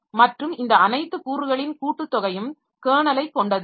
மற்றும் இந்த அனைத்து கூறுகளின் கூட்டுத்தொகையும் கெர்னலை கொண்டது ஆகும்